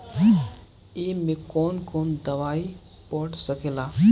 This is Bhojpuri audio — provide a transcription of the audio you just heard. ए में कौन कौन दवाई पढ़ सके ला?